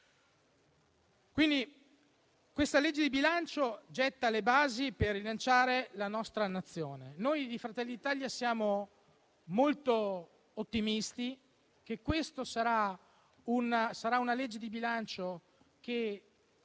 di legge di bilancio getta le basi per rilanciare la nostra Nazione. Noi di Fratelli d'Italia siamo molto ottimisti che questa sarà una legge di bilancio, che